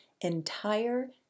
entire